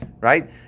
right